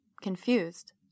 confused